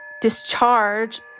discharge